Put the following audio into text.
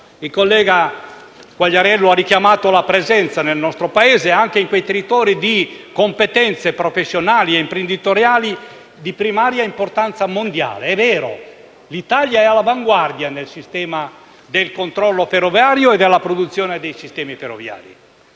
Il collega Quagliariello ha richiamato la presenza nel nostro Paese e anche in quei territori di competenze professionali e imprenditoriali di primaria importanza mondiale. È vero: l'Italia è all'avanguardia nel sistema del controllo ferroviario e della produzione di sistemi ferroviari.